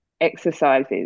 exercises